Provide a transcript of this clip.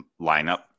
lineup